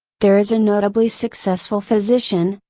there is a notably successful physician,